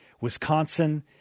Wisconsin